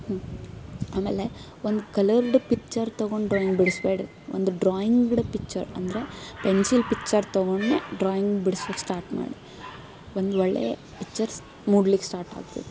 ಹ್ಞೂ ಆಮೇಲೆ ಒಂದು ಕಲರ್ಡ್ ಪಿಚ್ಚರ್ ತಗೊಂಡು ಡ್ರಾಯಿಂಗ್ ಬಿಡಿಸ್ಬೇಡ್ರಿ ಒಂದು ಡ್ರಾಯಿಂಗ್ಡ್ ಪಿಚ್ಚರ್ ಅಂದರೆ ಪೆನ್ಸಿಲ್ ಪಿಚ್ಚರ್ ತೊಗೊಂಡ್ನೆ ಡ್ರಾಯಿಂಗ್ ಬಿಡ್ಸೋಕೆ ಸ್ಟಾಟ್ ಮಾಡಿ ಒಂದು ಒಳ್ಳೆಯ ಪಿಚ್ಚರ್ಸ್ ಮೂಡ್ಲಿಕ್ಕೆ ಸ್ಟಾಟಾಗ್ತದೆ